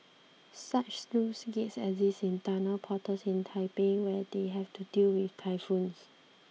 such sluice gates exist in tunnel portals in Taipei where they have to deal with typhoons